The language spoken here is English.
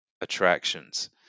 attractions